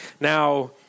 Now